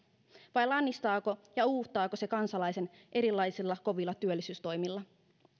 vai lannistaako ja uuvuttaako se kansalaisen erilaisilla kovilla työllisyystoimilla